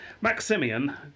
Maximian